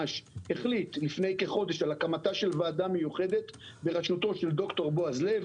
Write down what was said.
החליט לפני כחודש על הקמתה של ועדה מיוחדת בראשותו של ד"ר בועז לב,